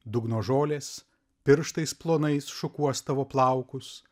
dugno žolės pirštais plonais šukuos tavo plaukus